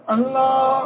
Allah